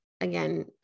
again